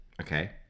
Okay